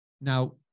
Now